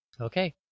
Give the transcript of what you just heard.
Okay